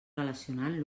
relacionant